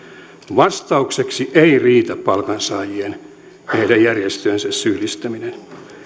vastaukseksi ei riitä palkansaajien ja heidän järjestöjensä syyllistäminen